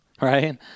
Right